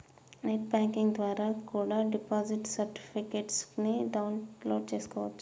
net banking ద్వారా కూడా deposit certificates ని డౌన్ లోడ్ చేస్కోవచ్చు